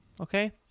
Okay